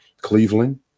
Cleveland